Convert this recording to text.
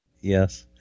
Yes